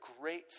great